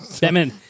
Batman